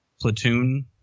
platoon